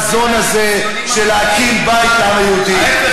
הציונים, לחזון הזה של להקים בית לעם היהודי.